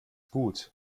gut